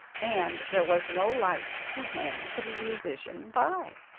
and there was no light to hang the musician by.